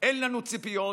אין לנו ציפיות